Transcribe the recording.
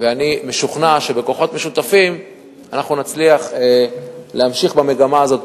ואני משוכנע שבכוחות משותפים נצליח להמשיך במגמה הזאת,